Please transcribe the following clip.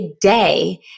day